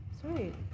Sweet